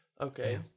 okay